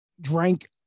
drank